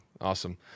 awesome